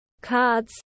cards